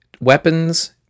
weapons